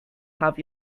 have